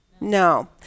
No